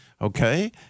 Okay